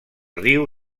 riu